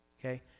okay